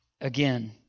again